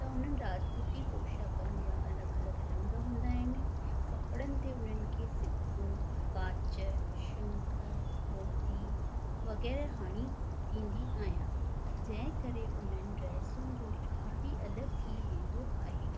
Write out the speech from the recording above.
त उन्हनि राजपूती पोशाकनि जा अलॻि अलॻि रंग हूंदा आहिनि कपिड़नि ते उन्हनि जे सिपूं कांच शंख मोती वग़ैरह हणी ॾींदी आहियां जै करे उन्हनि ड्रेसुनि जो निखार ई अलॻि थी वेंदो आहे